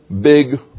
big